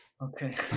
Okay